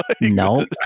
No